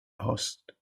asked